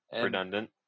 redundant